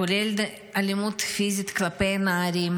כולל אלימות פיזית כלפי נערים.